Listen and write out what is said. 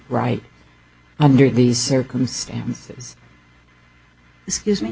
right under these circumstances excuse me